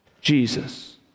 Jesus